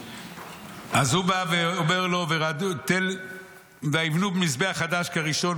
אז הוא בא ואומר לו, "ויבנו מזבח חדש כראשון.